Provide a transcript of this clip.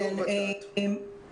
אהלן, בסדר.